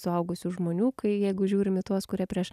suaugusių žmonių kai jeigu žiūrim į tuos kurie prieš